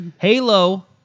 Halo